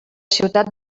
ciutat